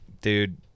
dude